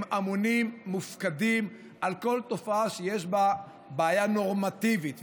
הם אמונים ומופקדים על כל תופעה שיש בה בעיה נורמטיבית,